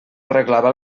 arreglava